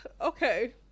okay